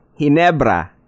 Hinebra